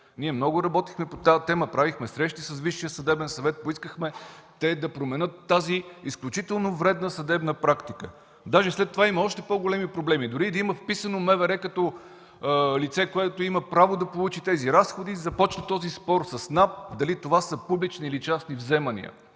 Ние много работехме по тази тема, правихме срещи с Висшия съдебен съвет, поискахме те да променят тази изключително вредна съдебна практика. Даже след това има още по-големи проблеми. Дори и да има писано МВР като лице, което има право да получи тези разходи, започна този спор с НАП дали това са публични или частни взимания.